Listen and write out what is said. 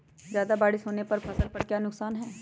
ज्यादा बारिस होने पर फसल का क्या नुकसान है?